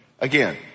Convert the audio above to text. Again